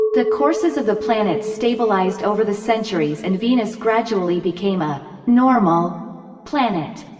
the courses of the planets stabilized over the centuries and venus gradually became a normal planet.